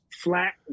flat